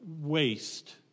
waste